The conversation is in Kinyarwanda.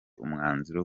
umwanzuro